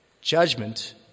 judgment